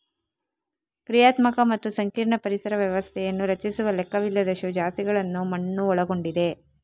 ಕ್ರಿಯಾತ್ಮಕ ಮತ್ತು ಸಂಕೀರ್ಣ ಪರಿಸರ ವ್ಯವಸ್ಥೆಯನ್ನು ರಚಿಸುವ ಲೆಕ್ಕವಿಲ್ಲದಷ್ಟು ಜಾತಿಗಳನ್ನು ಮಣ್ಣು ಒಳಗೊಂಡಿದೆ